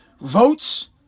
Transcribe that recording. Votes